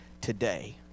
today